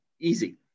easy